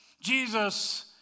Jesus